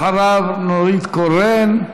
אחריו, נורית קורן.